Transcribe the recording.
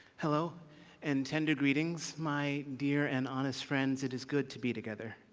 hello and tender greetings, my dear and honest friends. it is good to be together.